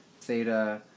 theta